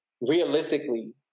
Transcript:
realistically